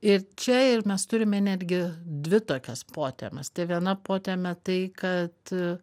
ir čia ir mes turime netgi dvi tokias potemes tai viena potemė tai kad